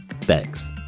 Thanks